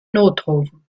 notrufen